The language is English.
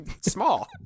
small